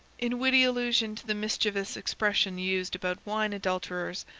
in witty allusion to the mischievous expression used about wine-adulterers,